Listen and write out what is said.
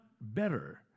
better